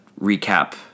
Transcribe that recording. recap